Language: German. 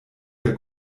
der